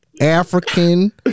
African